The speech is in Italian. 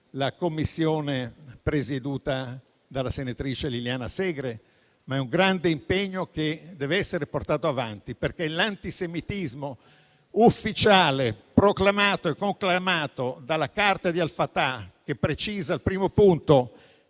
la commissione presieduta dalla senatrice Liliana Segre e questo impegno deve essere portato avanti, perché l'antisemitismo ufficiale, proclamato e conclamato dalla Carta di Al-Fatah - che precisa al primo punto